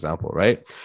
right